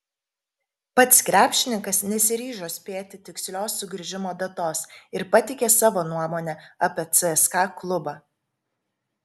pats krepšininkas nesiryžo spėti tikslios sugrįžimo datos ir pateikė savo nuomonę apie cska klubą